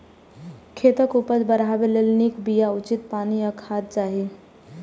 खेतक उपज बढ़ेबा लेल नीक बिया, उचित पानि आ खाद चाही